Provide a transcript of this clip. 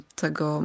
tego